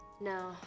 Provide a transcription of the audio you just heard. No